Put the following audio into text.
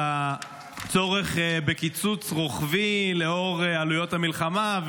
הצורך בקיצוץ רוחבי לאור עלויות המלחמה,